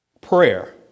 Prayer